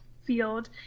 field